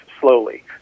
slowly